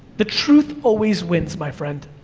the truth always wins, my friend.